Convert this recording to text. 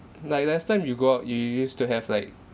like last time you go out you used to have like